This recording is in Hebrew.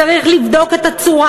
צריך לבדוק את הצורה,